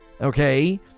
okay